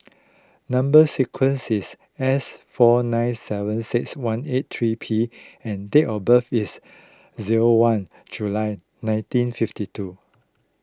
Number Sequence is S four nine seven six one eight three P and date of birth is zero one July nineteen fifty two